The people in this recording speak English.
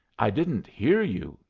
i didn't hear you,